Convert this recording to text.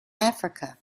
africa